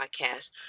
podcast